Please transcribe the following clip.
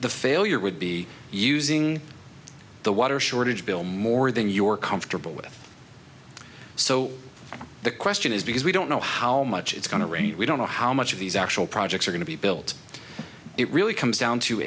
the failure would be using the water shortage bill more than your comfortable with so the question is because we don't know how much it's going to rain we don't know how much of these actual projects are going to be built it really comes down to